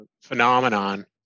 phenomenon